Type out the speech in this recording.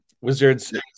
wizards